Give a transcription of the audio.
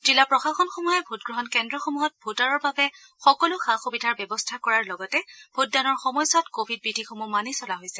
জিলা প্ৰশাসনসমূহে ভোটগ্ৰহণ কেন্দ্ৰসমূহত ভোটাৰৰ বাবে সকলো সা সুবিধাৰ ব্যৱস্থা কৰাৰ লগতে ভোটদানৰ সময়ছোৱাত কোৱিড বিধিসমূহ মানি চলা হৈছে